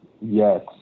Yes